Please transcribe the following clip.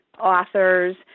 authors